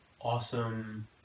awesome